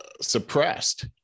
suppressed